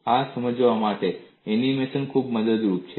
આ સમજવા માટે એનિમેશન ખૂબ મદદરૂપ છે